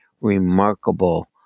remarkable